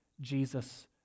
Jesus